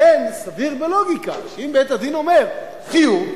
לכן סביר בלוגיקה שאם בית-הדין אומר חיוב,